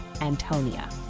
Antonia